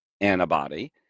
antibody